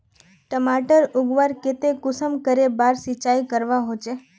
टमाटर उगवार केते कुंसम करे बार सिंचाई करवा होचए?